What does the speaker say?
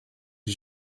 que